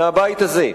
מהבית הזה.